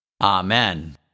Amen